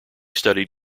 studied